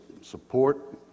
support